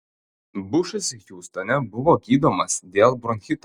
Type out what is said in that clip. bušas hiūstone buvo gydomas dėl bronchito